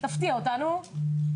תפתיע אותנו.